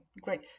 great